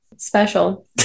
special